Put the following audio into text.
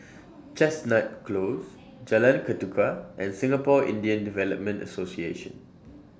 Chestnut Close Jalan Ketuka and Singapore Indian Development Association